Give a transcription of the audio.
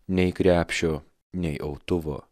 nei krepšio nei autuvo